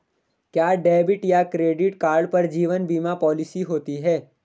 क्या डेबिट या credit card पर जीवन बीमा पॉलिसी होती है?